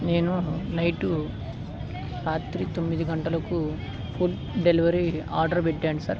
నేను నైటు రాత్రి తొమ్మిది గంటలకు ఫుడ్ డెలివరీ ఆర్డర్ పెట్టాను సార్